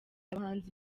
abahanzi